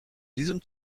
diesem